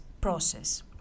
process